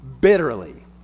bitterly